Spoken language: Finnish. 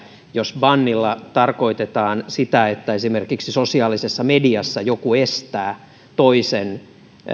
jos bannilla tarkoitetaan sitä että esimerkiksi sosiaalisessa mediassa joku estää toisen